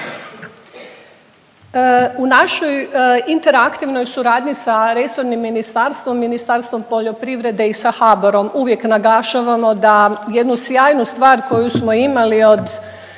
U našoj interaktivnoj suradnji sa resornim ministarstvom, ministarstvom poljoprivredne i sa HBOR-om, uvijek naglašavamo da jednu stvar koju smo imali od